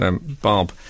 Bob